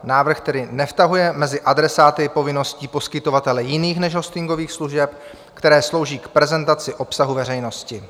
Návrh tedy nevtahuje mezi adresáty povinností poskytovatele jiných než hostingových služeb, které slouží k prezentaci obsahu veřejnosti.